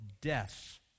death